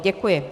Děkuji.